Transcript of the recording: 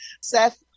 Seth